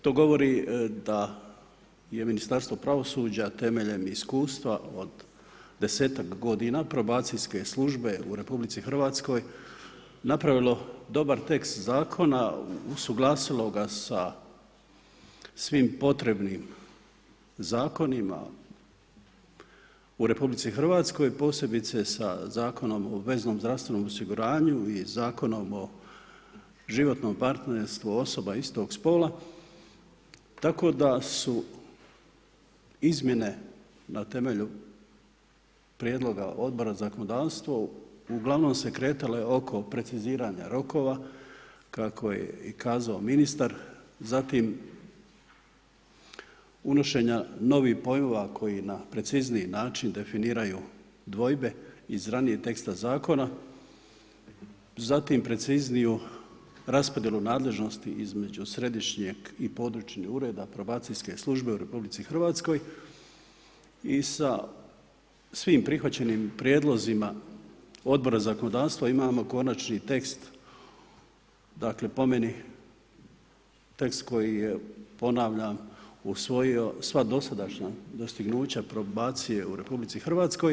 To govori da je Ministarstvo pravosuđa temeljem iskustva od 10-ak godina probacijske službe u RH napravilo dobar tekst zakona, usuglasilo ga sa svim potrebnim zakonima u RH posebice sa Zakonom o obveznom zdravstvenom osiguranju i Zakonom o životnom partnerstvu osoba istog spola tako da su izmjene na temelju prijedloga Odbora za zakonodavstvo uglavnom se kretale oko preciziranja rokova kako je i kazao ministar, zatim unošenja novih pojmova koji na precizniji način definiraju dvojbe iz ranijeg teksta zakona, zatim precizniju raspodjelu nadležnosti između središnjeg i područnog ureda probacijske službe u RH i sa svim prihvaćenim prijedlozima Odbora za zakonodavstvo, imamo konačni tekst, dakle po meni, tekst koji je ponavljam, usvojio sva dosadašnja dostignuća probacije u RH.